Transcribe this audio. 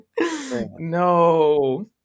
No